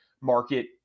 market